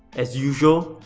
as usual,